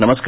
नमस्कार